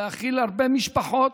להאכיל הרבה משפחות.